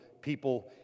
people